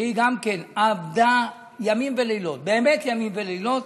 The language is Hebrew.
שגם היא עבדה ימים ולילות, באמת ימים ולילות,